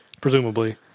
presumably